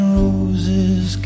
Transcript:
roses